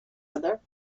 other